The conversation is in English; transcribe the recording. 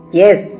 yes